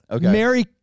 Mary